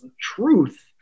truth